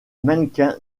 mannequin